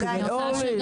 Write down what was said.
כדאי גם --- אורלי,